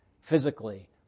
physically